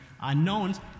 unknowns